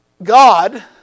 God